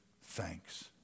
thanks